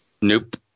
Nope